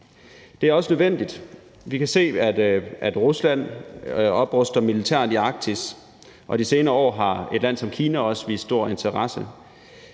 Det er også nødvendigt. Vi kan se, at Rusland opruster militært i Arktis, og de senere år har et land som Kina også vist stor interesse.